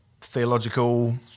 theological